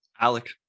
Alec